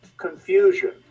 Confusion